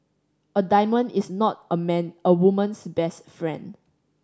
a diamond is not a man a woman's best friend